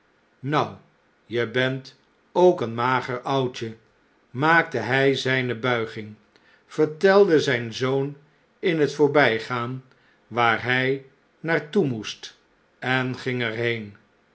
nou je bent ook een mager oudje maakte hh zjjne buiging vertelde zjjn zoon in t voorbjjgaan waar hn naar toe moest en ging er heen